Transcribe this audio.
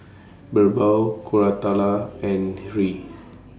Birbal Koratala and Hri